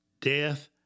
death